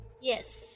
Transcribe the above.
Yes